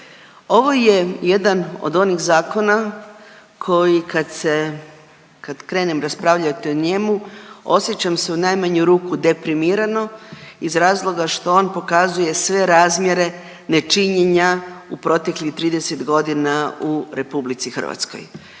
Ovo je jedan od onih zakona koji kad se kad krenem raspravljat o njemu osjećam se u najmanju ruku deprimirano iz razloga što on pokazuje sve razmjere nečinjenja u proteklih 30 godina u RH i ovaj